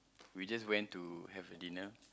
we just went to have a dinner